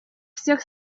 всех